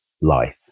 life